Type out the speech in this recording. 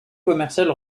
commerciale